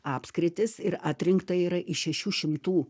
apskritis ir atrinkta yra iš šešių šimtų